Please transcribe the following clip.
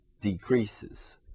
decreases